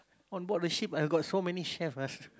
onboard the ship I got so many chef ah